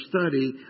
study